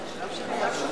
אנחנו עכשיו נקיים,